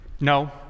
No